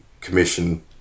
commission